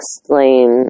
explain